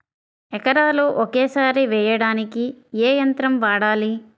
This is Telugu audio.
ఎకరాలు ఒకేసారి వేయడానికి ఏ యంత్రం వాడాలి?